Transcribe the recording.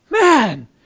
man